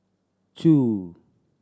two